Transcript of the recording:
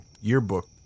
yearbook